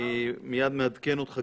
מייד נעדכן אותך,